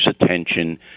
attention